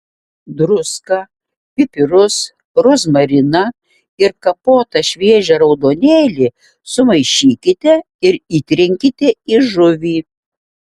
druską pipirus rozmariną ir kapotą šviežią raudonėlį sumaišykite ir įtrinkite į žuvį